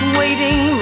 waiting